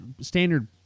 standard